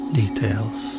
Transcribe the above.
details